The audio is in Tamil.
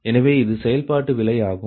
எனவே இது செயல்பாட்டு விலை ஆகும்